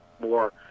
more